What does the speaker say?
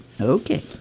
Okay